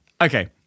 Okay